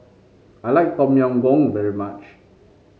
I like Tom Yam Goong very much